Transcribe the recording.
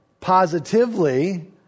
positively